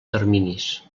terminis